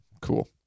Cool